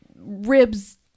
ribs